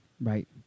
Right